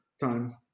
time